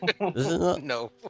no